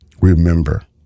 Remember